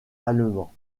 allemand